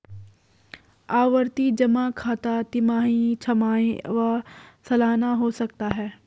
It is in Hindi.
आवर्ती जमा खाता तिमाही, छमाही व सलाना हो सकता है